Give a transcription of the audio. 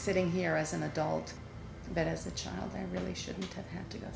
sitting here as an adult but as a child i really shouldn't have to go